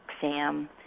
Sam